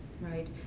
Right